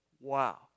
Wow